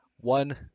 one